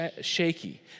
shaky